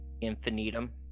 Infinitum